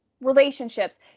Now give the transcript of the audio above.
relationships